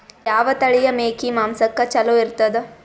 ಯಾವ ತಳಿಯ ಮೇಕಿ ಮಾಂಸಕ್ಕ ಚಲೋ ಇರ್ತದ?